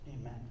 Amen